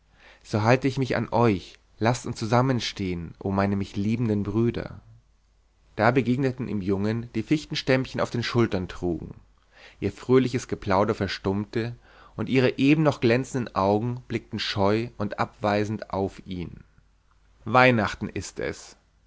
so halte ich mich an euch laßt uns zusammenstehn o meine mich liebenden brüder da begegneten ihm jungen die fichtenstämmchen auf den schultern trugen ihr fröhliches geplauder verstummte und ihre eben noch glänzenden augen blickten scheu und abweisend auf ihn weihnachten ist es